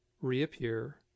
reappear